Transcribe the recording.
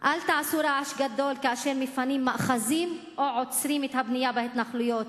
אל תעשו רעש גדול כאשר מפנים מאחזים או עוצרים את הבנייה בהתנחלויות